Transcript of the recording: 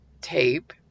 tape